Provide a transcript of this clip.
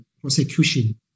prosecution